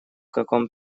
каком